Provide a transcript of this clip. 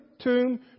tomb